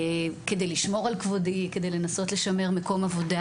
כדי לשמור על כבודי, כדי לנסות לשמר מקום עבודה.